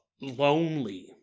lonely